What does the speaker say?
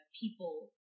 people